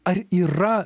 ar yra